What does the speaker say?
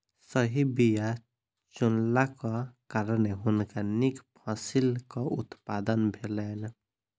सही बीया चुनलाक कारणेँ हुनका नीक फसिलक उत्पादन भेलैन